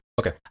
Okay